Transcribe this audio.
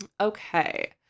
Okay